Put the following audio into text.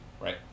right